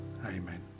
amen